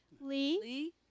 Lee